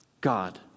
God